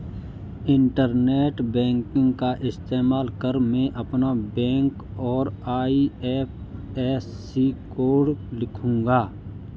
internet banking का इस्तेमाल कर मैं अपना बैंक और आई.एफ.एस.सी कोड लिखूंगा